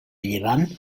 llevant